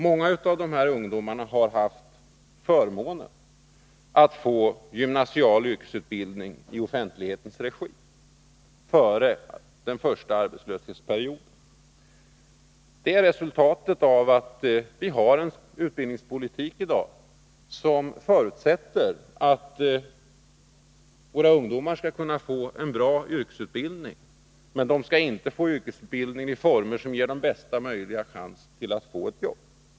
Många av dem har haft förmånen att få gymnasial yrkesutbildning i offentlighetens regi före den första arbetslöshetsperioden. Det är resultatet av att vi i dag har en utbildningspolitik som visserligen förutsätter att våra ungdomar skall kunna få en bra yrkesutbildning, men som inte ger dem utbildning i former som innebär största möjliga chans till ett arbete.